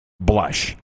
blush